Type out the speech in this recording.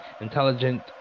intelligent